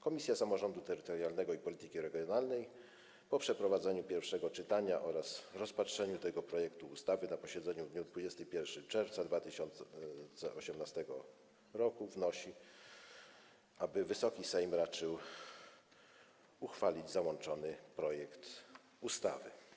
Komisja Samorządu Terytorialnego i Polityki Regionalnej po przeprowadzeniu pierwszego czytania oraz rozpatrzeniu tego projektu ustawy na posiedzeniu w dniu 21 czerwca 2018 r. wnosi, aby Wysoki Sejm raczył uchwalić załączony projekt ustawy.